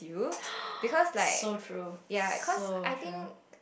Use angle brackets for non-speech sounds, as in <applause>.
<breath> so true so true